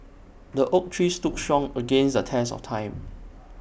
the oak tree stood strong against the test of time